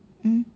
mm